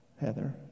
Heather